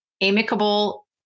amicable